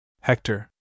Hector